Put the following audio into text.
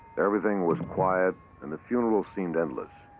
everything was quiet and the funeral seemed endless.